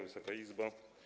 Wysoka Izbo!